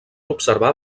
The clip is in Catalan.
observar